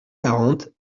quarante